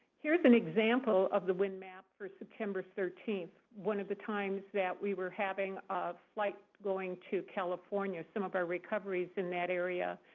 here's an example of the wind map for september thirteen, one of the times that we were having flight going to california, some of our recoveries in that area.